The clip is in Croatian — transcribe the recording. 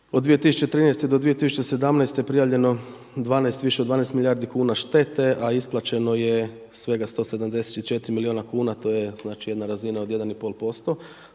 od 2013.-2017. prijavljeno više od 12 milijardi kuna štete, a isplaćeno je svega 174 milijuna kuna, to je znači jedna razina od 1,1%